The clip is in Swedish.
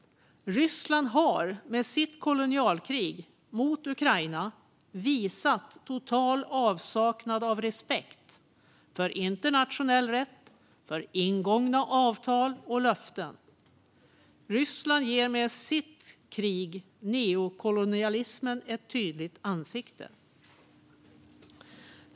Ryssland har med sitt kolonialkrig mot Ukraina visat total avsaknad av respekt för internationell rätt samt ingångna avtal och löften. Ryssland ger med sitt krig neokolonialismen ett tydligt ansikte.